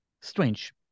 Strange